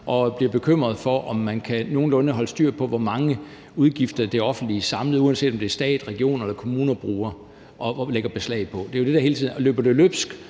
og bliver bekymret for, om man nogenlunde kan holde styr på, hvor mange udgifter det offentlige, uanset om det er stat, regioner eller kommuner, samlet har og lægger beslag på. Det er jo sådan, det er hele tiden.